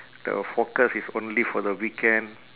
the forecast is only for the weekend